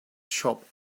shop